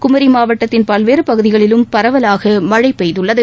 குமரி மாவட்டத்தின் பல்வேறு பகுதிகளிலும் பரவலாக மழை பெய்துள்ளது